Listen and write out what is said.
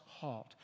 halt